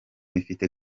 ifite